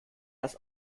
das